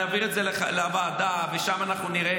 נעביר את זה לוועדה, ושם נראה.